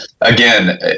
again